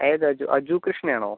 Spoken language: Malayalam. ഏത് അജു അജു കൃഷ്ണ ആണോ